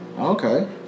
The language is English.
Okay